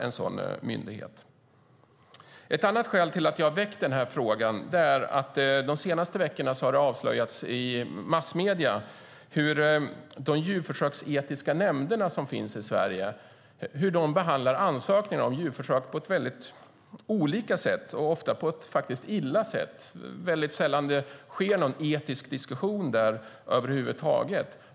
Ett annat skäl till att jag väckt den här frågan är att massmedierna de senaste veckorna avslöjat att de djurförsöksetiska nämnderna i Sverige behandlar ansökningar om djurförsök på olika sätt, ofta på ett dåligt sätt. Mycket sällan sker en etisk diskussion över huvud taget.